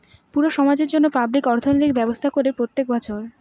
পুরো সমাজের জন্য পাবলিক অর্থনৈতিক ব্যবস্থা করে প্রত্যেক বছর